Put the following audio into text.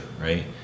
right